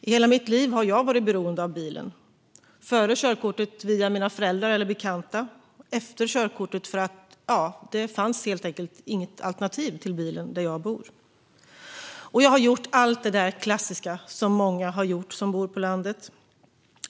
I hela mitt liv har jag varit beroende av bilen, före körkortet via mina föräldrar eller bekanta och efter körkortet därför att det helt enkelt inte finns något alternativ till bilen där jag bor. Och jag har gjort allt det där klassiska som många som bor på landet har gjort.